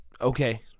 Okay